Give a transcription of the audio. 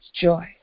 joy